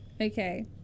Okay